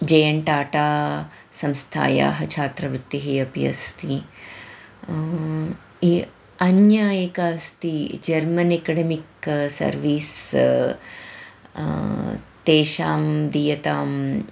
जे N Tata संस्थायाः छात्रवृत्तिः अपि अस्ति या अन्या एका अस्ति जर्मन् एकडेमिक् सर्विस् तेषां दीयताम्